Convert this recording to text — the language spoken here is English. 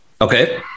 Okay